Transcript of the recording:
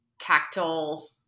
tactile